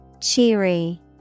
Cheery